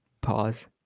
Pause